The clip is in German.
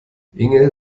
inge